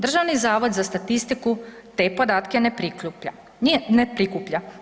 Državni zavod za statistiku te podatke ne prikuplja.